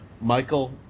Michael